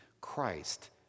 Christ